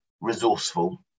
resourceful